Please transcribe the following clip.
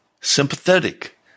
sympathetic